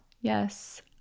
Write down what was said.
Yes